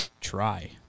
try